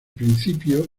principio